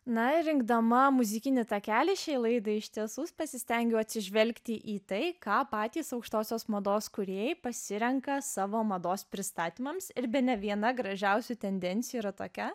na ir rinkdama muzikinį takelį šiai laidai iš tiesų pasistengiau atsižvelgti į tai ką patys aukštosios mados kūrėjai pasirenka savo mados pristatymams ir bene viena gražiausių tendencijų yra tokia